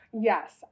Yes